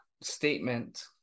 statement